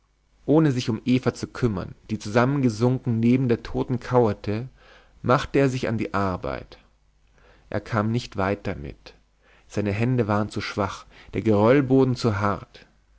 ohne sich um eva zu kümmern die zusammengesunken neben der toten kauerte machte er sich an die arbeit er kam nicht weit damit seine hände waren zu schwach der geröllboden zu hart